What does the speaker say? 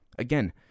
Again